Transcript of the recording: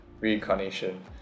reincarnation